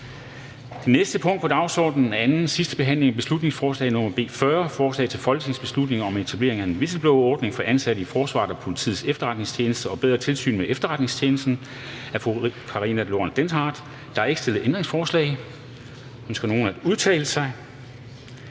Det næste punkt på dagsordenen er: 12) 2. (sidste) behandling af beslutningsforslag nr. B 40: Forslag til folketingsbeslutning om etablering af en whistleblowerordning for ansatte i forsvarets og politiets efterretningstjenester og bedre tilsyn med efterretningstjenesterne. Af Karina Lorentzen Dehnhardt (SF) m.fl. (Fremsættelse